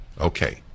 Okay